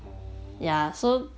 orh